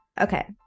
Okay